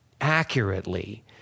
accurately